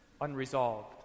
unresolved